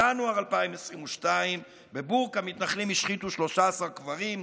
ינואר 2022 בבורקה מתנחלים השחיתו 13 קברים,